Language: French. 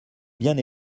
bien